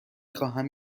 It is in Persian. خواهم